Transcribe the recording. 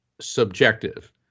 subjective